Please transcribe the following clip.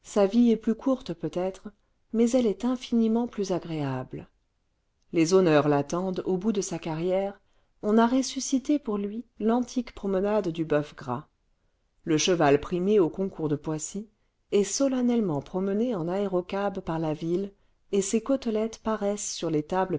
sa vie est plus courte peut-être mais elle est infinirnent plus agréable les honneurs l'attendent au bout de sa carrière on a ressuscité pour lui l'antique promenade du boeuf gras le cheval primé au concours de poissy est solennellement promené en aérocab parla ville et ses côtelettes paraissent sur les tables